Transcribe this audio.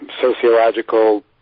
sociological